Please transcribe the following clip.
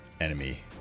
enemy